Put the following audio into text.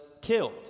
killed